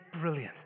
brilliant